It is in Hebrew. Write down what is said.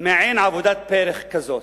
מעין עבודת פרך כזאת,